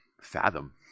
fathom